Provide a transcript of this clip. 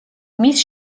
მის